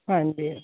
ਹਾਂਜੀ